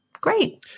Great